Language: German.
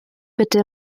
bitte